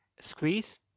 squeeze